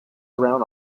around